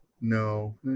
no